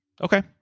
Okay